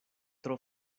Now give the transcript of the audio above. tro